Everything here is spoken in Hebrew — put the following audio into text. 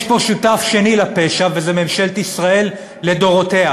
יש פה שותף שני לפשע, וזה ממשלת ישראל לדורותיה,